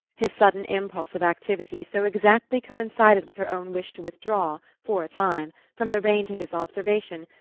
his sudden impulse of activity so exactly coincided with her own wish to withdraw, for a time, from the range of his observation,